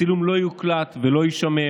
הצילום לא יוקלט ולא יישמר.